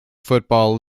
football